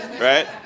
Right